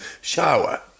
shower